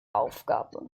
aufgabe